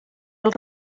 els